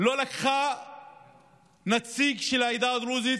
לא לקחה נציג של העדה הדרוזית